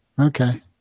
Okay